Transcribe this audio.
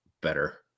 better